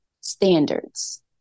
standards